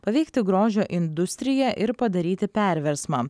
paveikti grožio industriją ir padaryti perversmą